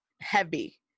heavy